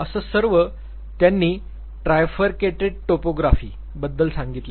असं सर्व त्यांनी ट्रायफर्केटेड टोपोग्राफी बद्दल सांगितले आहे